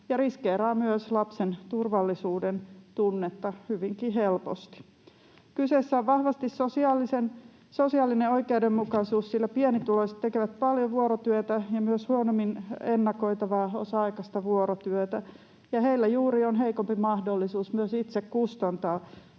ja riskeeraa myös lapsen turvallisuudentunnetta hyvinkin helposti. Kyseessä on vahvasti sosiaalinen oikeudenmukaisuus, sillä pienituloiset tekevät paljon vuorotyötä ja myös huonommin ennakoitavaa osa-aikaista vuorotyötä ja heillä juuri on myös heikompi mahdollisuus itse kustantaa